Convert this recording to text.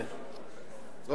ב-12:00.